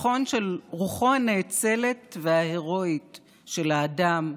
ניצחון של רוחו הנאצלת וההירואית של האדם,